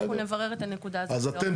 אנחנו נברר את הנקודה הזאת לעומק.